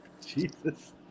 Jesus